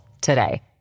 today